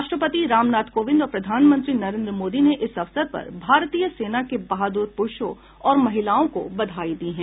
राष्ट्रपति रामनाथ कोविंद और प्रधानमंत्री नरेन्द्र मोदी ने इस अवसर पर भारतीय सेना के बहादुर प्रुषों और महिलाओं को बधाई दी है